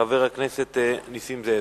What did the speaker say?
חבר הכנסת נסים זאב.